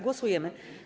Głosujemy.